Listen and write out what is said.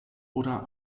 oder